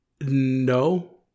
No